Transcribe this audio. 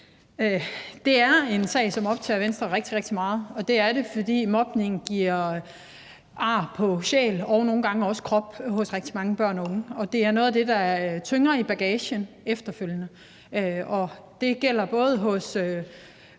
Det er en sag, som optager Venstre rigtig, rigtig meget, og det gør den, fordi mobning giver ar på sjæl og nogle gange også på krop hos rigtig mange børn og unge, og det er noget af det, der efterfølgende tynger i bagagen. Og det gælder ikke kun